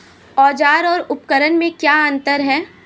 औज़ार और उपकरण में क्या अंतर है?